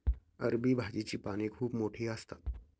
अरबी भाजीची पाने खूप मोठी असतात